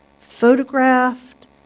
photographed